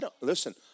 Listen